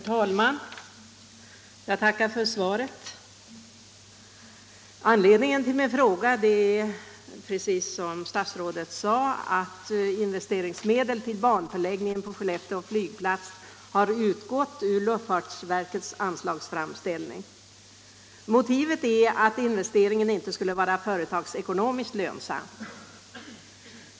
Herr talman! Jag tackar för svaret. Anledningen till min fråga är, som statsrådet sade, att posten investeringsmedel till banförlängning på Skellefteå flygplats har utgått ur luftfartsverkets anslagsframställning. Motivet är att investeringen inte skulle vara företagsekonomiskt lönsam.